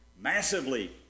massively